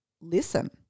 listen